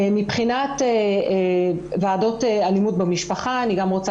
מבחינת ועדות אלימות במשפחה אני גם רוצה